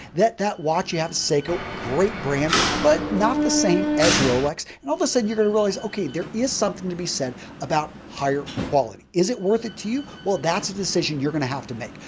that that watch you have a seiko, great brand, but not the same as rolex and all of a sudden, you're going to realize, okay, there is something to be said about higher quality. is it worth it to you? well, that's a decision you're going to have to make.